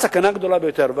זאת הסכנה הגדולה ביותר,